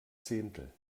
zehntel